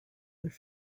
their